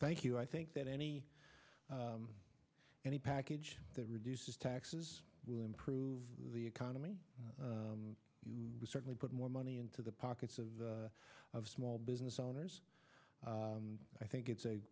thank you i think that any any package that reduces taxes will improve the economy you certainly put more money into the pockets of of small business owners i think it's a